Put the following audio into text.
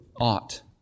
ought